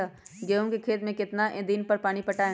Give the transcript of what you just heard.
गेंहू के खेत मे कितना कितना दिन पर पानी पटाये?